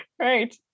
right